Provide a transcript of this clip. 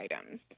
items